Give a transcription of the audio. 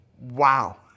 wow